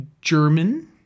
German